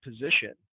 position